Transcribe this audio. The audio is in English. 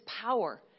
power